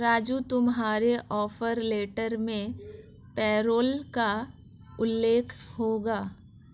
राजू तुम्हारे offer letter में payroll का उल्लेख होगा